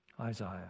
Isaiah